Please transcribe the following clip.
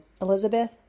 Elizabeth